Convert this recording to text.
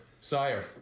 Sire